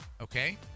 okay